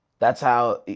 that's how.